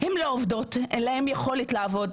הן לא עובדות, אין להן יכולת לעבוד.